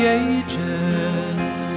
ages